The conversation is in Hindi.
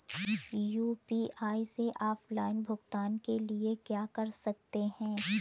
यू.पी.आई से ऑफलाइन भुगतान के लिए क्या कर सकते हैं?